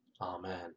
Amen